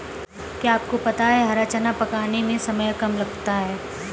क्या आपको पता है हरा चना पकाने में समय कम लगता है?